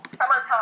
summertime